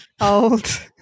old